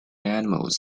animals